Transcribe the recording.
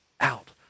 out